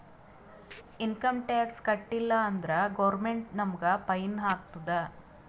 income tax ಕಟ್ಟೀಲ ಅಂದುರ್ government ನಮುಗ್ ಫೈನ್ ಹಾಕ್ತುದ್